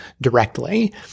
directly